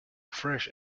fresh